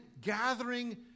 gathering